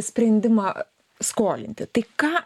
sprendimą skolinti tai ką